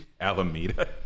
alameda